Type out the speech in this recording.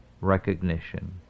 recognition